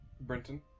Brenton